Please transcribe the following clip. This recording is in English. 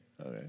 okay